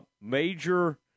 major